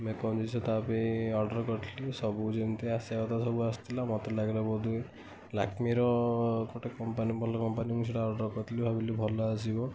makeup ଜିନିଷ ତାପାଇଁ order କରିଥିଲି ସବୁ ଯେମିତି ଆସିବା କଥା ସବୁ ଆସିଥିଲା ମୋତେ ଲାଗିଲା ବୋଧ ହୁଏ ଲାକ୍ମିର ଗୋଟେ କମ୍ପାନୀ ଭଲ କମ୍ପାନୀ ମୁଁ ସେଇଟା ଅର୍ଡ଼ର କରିଥିଲି ଭାବିଲି ଭଲ ଆସିବ